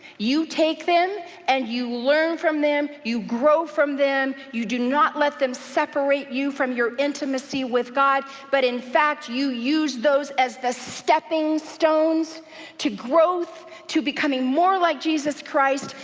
you take them and you learn from them, you grow from them, you do not let them separate you from your intimacy with god, but in fact you use those as the stepping stones to growth, to becoming more like jesus christ,